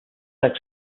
sexes